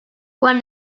quan